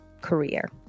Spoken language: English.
career